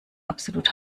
absolut